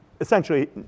essentially